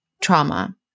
trauma